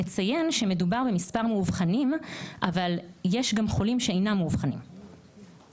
נציין שמדובר במספר מאובחנים אבל יש גם חולים שאינם מאובחנים.